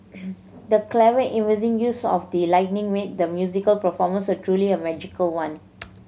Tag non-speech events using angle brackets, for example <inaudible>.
<noise> the clever and amazing use of the lighting made the musical performance a truly a magical one